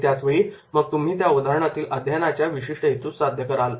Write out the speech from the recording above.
आणि त्याच वेळी मग तुम्ही त्या उदाहरणातील अध्ययनाच्या विशिष्ट हेतूस साध्य करू शकाल